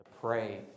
pray